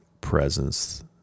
presence